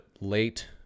late